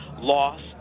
loss